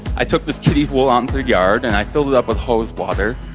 i took this kiddie pool onto the yard and i filled it up with hose water,